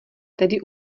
tedy